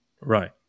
right